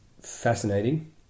fascinating